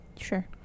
Sure